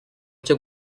cyo